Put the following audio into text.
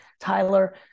Tyler